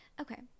Okay